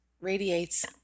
radiates